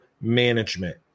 management